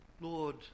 Lord